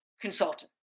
consultant